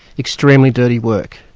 extremely dirty work.